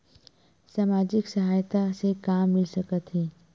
सामाजिक सहायता से का मिल सकत हे?